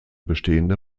bestehende